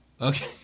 Okay